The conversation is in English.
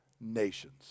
nations